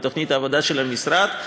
בתוכנית העבודה של המשרד,